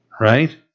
right